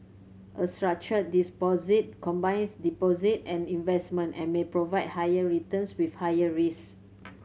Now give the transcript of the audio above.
a structured deposit combines deposits and investment and may provide higher returns with higher risk